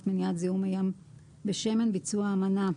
מניעת זיהום מי הים בשמן (ביצוע האמנה),